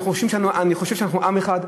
אני חושב שאנחנו עם אחד,